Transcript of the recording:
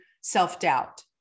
self-doubt